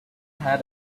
had